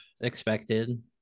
expected